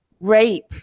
rape